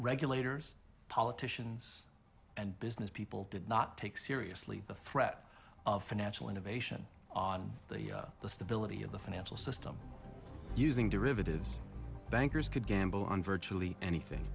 regulators politicians and business people did not take seriously the threat of financial innovation on the stability of the financial system using derivatives bankers could gamble on virtually anything